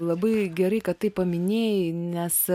labai gerai kad tai paminėjai nes